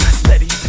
steady